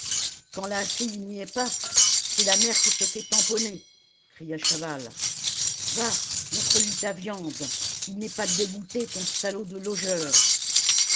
quand la fille n'y est pas c'est la mère qui se fait tamponner cria chaval va montre lui ta viande il n'est pas dégoûté ton salaud de logeur